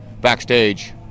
backstage